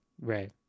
right